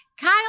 Kyle